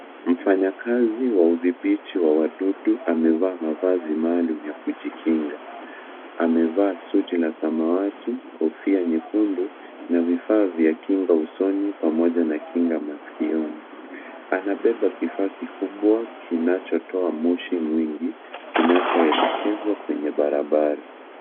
Mfanyakazi wa utibithi wa wadudu amevaa mavazi maalum ya kujikinga amevaa suti la samawati ,kofia nyekundu na vifaa vya kinga usoni pamoja na kinga masikioni ,amebeba kifaa kikubwa kinachotoa moshi mwingi kinachoelekezwa kwenye barabara.